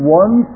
one